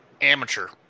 Amateur